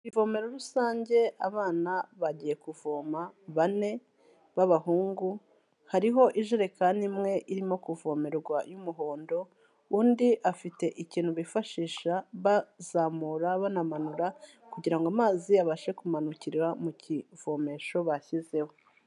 Ivomero rusange abana bagiye kuvoma bane b'abahungu. Hariho ijerekani imwe irimo kuvomerwa y'umuhondo. Undi afite ikintu bifashisha bazamura banamanura kugira ngo amazi abashe kumanukira mu kivomesho bashyizeho.